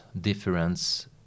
difference